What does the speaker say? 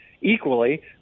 equally